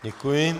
Děkuji.